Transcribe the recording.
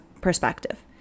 perspective